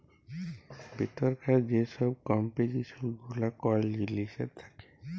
ভিতরকার যে ছব কম্পজিসল গুলা কল জিলিসের থ্যাকে